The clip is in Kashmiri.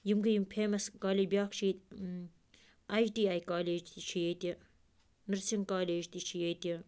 یِم گٔے یِم فیمَس کالیج بیٛاکھ چھِ ییٚتہِ آی ٹی آی کالیج تہِ چھِ ییٚتہِ نٔرسِنٛگ کالیج تہِ چھِ ییٚتہِ